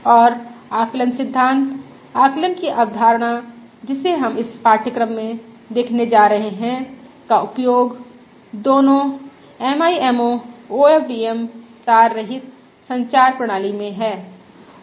और आकलन सिद्धांत आकलन की अवधारणा जिसे हम इस पाठ्यक्रम में देखने जा रहे हैं का उपयोग दोनों MIMO OFDM तार रहित संचार प्रणाली में हैं